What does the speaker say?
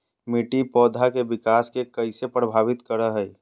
मिट्टी पौधा के विकास के कइसे प्रभावित करो हइ?